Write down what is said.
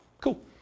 Cool